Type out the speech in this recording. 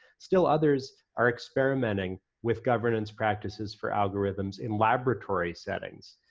still others are experimenting with governance practices for algorithms in laboratory settings.